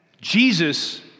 Jesus